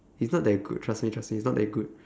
he's not that good trust me trust me he's not that good